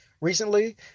recently